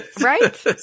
Right